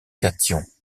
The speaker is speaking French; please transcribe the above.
cations